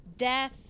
Death